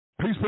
Peace